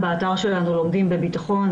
באתר "לומדים בביטחון",